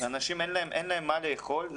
אנשים, אין להם מה לאכול.